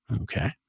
Okay